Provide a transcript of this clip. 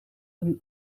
een